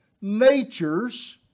natures